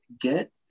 get